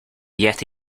yet